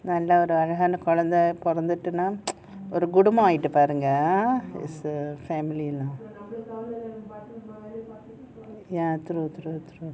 நல்ல ஒரு கொழந்தை பொரந்துட்டுனா ஒரு குடும்போ ஆயிட்டு பாருங்க:nalla oru kolanthaa poranthuttunaa oru kudumbo aayittu paarunga is a family lah ya true true true